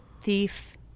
thief